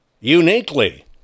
uniquely